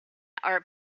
are